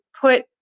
put